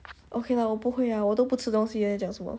okay lah 我不会呀我都不吃东西还在讲什么